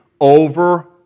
over